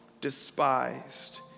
despised